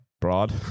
Broad